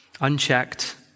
Unchecked